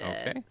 Okay